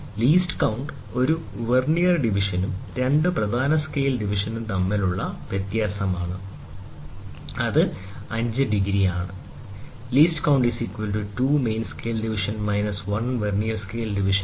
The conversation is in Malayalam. ലീസ്റ്റ് കൌണ്ട് ഒരു വെർനിയർ ഡിവിഷനും രണ്ട് പ്രധാന സ്കെയിൽ ഡിവിഷനും തമ്മിലുള്ള വ്യത്യാസമാണ് അത് 112 ° അല്ലെങ്കിൽ 5 'ആണ്